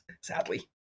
sadly